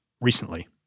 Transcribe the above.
recently